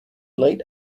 late